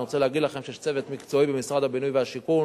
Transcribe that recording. אני רוצה להגיד לכם שיש צוות מקצועי במשרד הבינוי והשיכון,